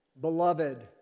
Beloved